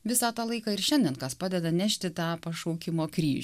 visą tą laiką ir šiandien kas padeda nešti tą pašaukimo kryžių